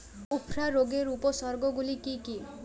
উফরা রোগের উপসর্গগুলি কি কি?